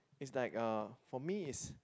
it's like uh for me is